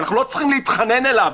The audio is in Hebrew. אנחנו לא צריכים להתחנן אליו,